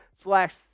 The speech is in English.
slash